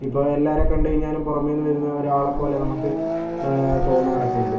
ഇപ്പോൾ എല്ലാരെ കണ്ടുകഴിഞ്ഞാലും പുറമെ നിന്ന് വരുന്ന ഒരാളെ പോലെ നമുക്ക് തോന്നാറൊക്കെയുണ്ട്